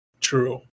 True